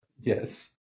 Yes